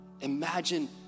Imagine